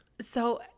So-